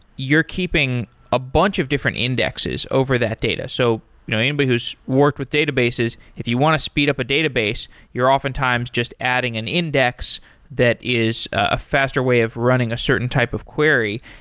you're keeping a bunch of different indexes over that data. so you know anybody who's worked with databases, if you want to speed up a database, you're often times just adding an index that is a faster way of running a certain type of query.